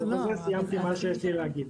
ובזה סיימתי את מה שיש לי להגיד.